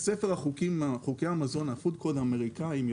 בספר חוקי המזון האמריקאים,